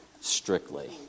strictly